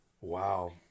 Wow